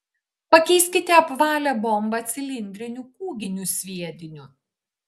pakeiskite apvalią bombą cilindriniu kūginiu sviediniu